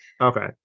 Okay